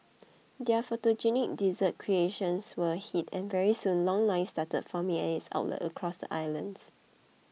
their photogenic dessert creations were a hit and very soon long lines started forming at its outlets across the islands